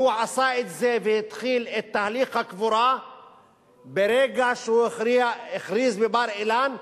הוא עשה את זה והתחיל את תהליך הקבורה ברגע שהוא הכריז בבר-אילן: